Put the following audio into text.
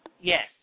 Yes